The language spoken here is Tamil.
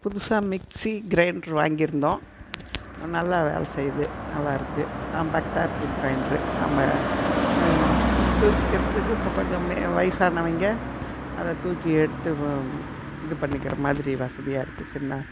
புதுசாக மிக்சி கிரைண்டர் வாங்கியிருந்தோம் நல்லா வேலை செய்யுது நல்லாயிருக்கு காம்பேட்டாக இருக்குது கிரைண்டரு நாம் தூக்கிகிறதுக்கு கொஞ்சம் வயதானவங்க அதை தூக்கி எடுத்து இது பண்ணிக்கிற மாதிரி வசதியாக இருக்குது சின்ன